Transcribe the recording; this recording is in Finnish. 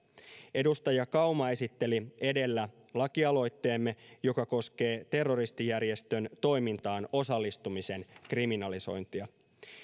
edustaja kauma esitteli edellä lakialoitteemme joka koskee terroristijärjestön toimintaan osallistumisen kriminalisointia